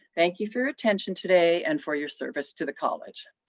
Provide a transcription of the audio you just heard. thank you for your attention today and for your service to the college.